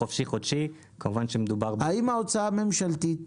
האם ההוצאה הממשלתית